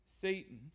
Satan